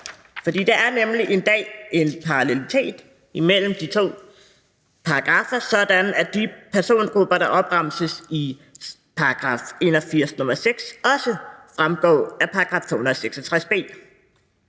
For der er nemlig i dag en parallelitet imellem de to paragraffer, sådan at de persongrupper, der opremses i § 81, nr. 6, også fremgår af § 266 b.